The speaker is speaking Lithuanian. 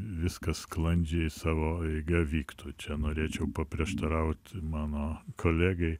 viskas sklandžiai savo eiga vyktų čia norėčiau paprieštaraut mano kolegai